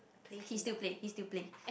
he still play he still play